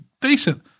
decent